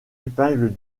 épingle